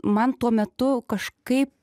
man tuo metu kažkaip